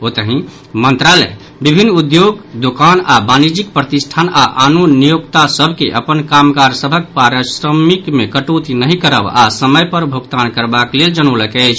ओतहि मंत्रालय विभिन्न उद्योग दोकान आओर वाणिज्यिक प्रतिष्ठान आ आनो नियोक्ता सभ के अपन कामगार सभक पारिश्रमिक मे कटौती नहि करब आ समय पर भोगतान करबाक लेल जनौलक अछि